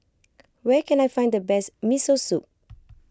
where can I find the best Miso Soup